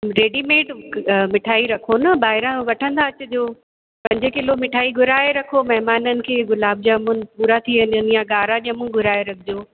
readymade मिठाई रखो न ॿाहिरां वठंदा अचिजो पंज किलो मिठाई घुराए रखो महिमाननि खे गुलाब जामुन पूरा थी वञनि या कारा ॼंमूं घुराए रखिजो